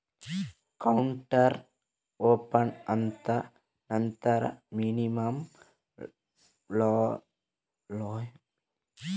Account open ಆದ ನಂತರ minimum balance ಎಷ್ಟಿರಬೇಕು?